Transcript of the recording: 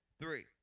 three